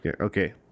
okay